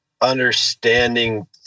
understanding